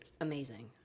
amazing